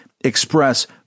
express